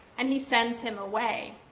and he sends him away.